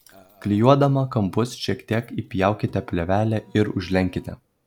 klijuodama kampus šiek tiek įpjaukite plėvelę ir užlenkite